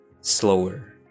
slower